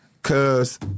Cause